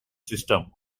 system